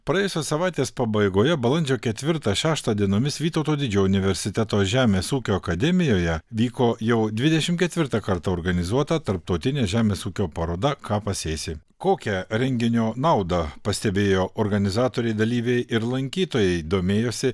praėjusios savaitės pabaigoje balandžio ketvirtą šeštą dienomis vytauto didžiojo universiteto žemės ūkio akademijoje vyko jau dvidešim ketvirtą kartą organizuota tarptautinė žemės ūkio paroda ką pasėsi kokią renginio naudą pastebėjo organizatoriai dalyviai ir lankytojai domėjosi